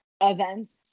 events